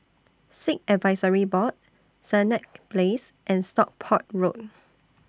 Sikh Advisory Board Senett Place and Stockport Road